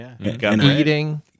eating